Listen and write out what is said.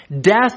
death